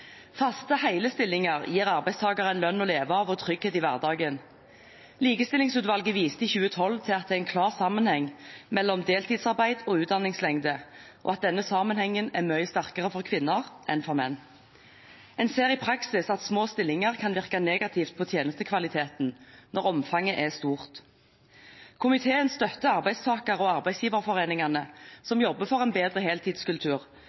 Faste, hele stillinger gir arbeidstakeren lønn å leve av og trygghet i hverdagen. Likestillingsutvalget viste i 2012 til at det er en klar sammenheng mellom deltidsarbeid og utdanningslengde, og at denne sammenhengen er mye sterkere for kvinner enn for menn. En ser i praksis at små stillinger kan virke negativt på tjenestekvaliteten når omfanget er stort. Komiteen støtter arbeidstaker- og arbeidsgiverforeningene som jobber for en bedre heltidskultur,